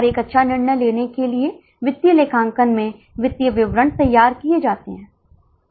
फिर अर्ध परिवर्तनीय लागत कितनी है